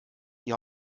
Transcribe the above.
die